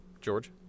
George